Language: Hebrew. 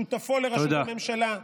שותפו לראשות הממשלה,